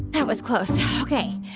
that was close. ok.